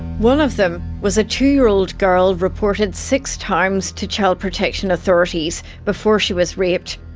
one of them was a two-year-old girl reported six times to child protection authorities before she was raped.